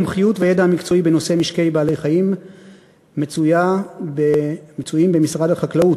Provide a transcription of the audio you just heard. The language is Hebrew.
המומחיות והידע המקצועי בנושא משקי בעלי-חיים מצויים במשרד החקלאות,